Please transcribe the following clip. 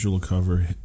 cover